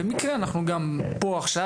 במקרה אנחנו פה עכשיו,